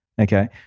Okay